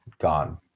gone